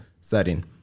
setting